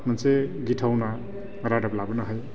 मोनसे गिथावना रादाब लाबोनो हायो